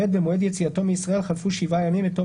במועד יציאתו מישראל חלפו שבעה ימים מתום